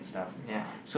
ya